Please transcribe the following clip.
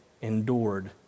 endured